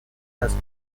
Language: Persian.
است